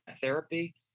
therapy